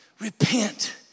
Repent